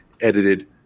edited